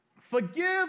forgive